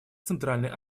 центральной